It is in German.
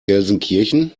gelsenkirchen